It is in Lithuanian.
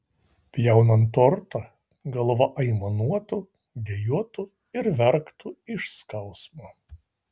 pjaunant tortą galva aimanuotų dejuotų ir verktų iš skausmo